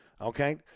okay